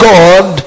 God